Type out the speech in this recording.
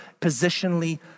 positionally